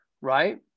right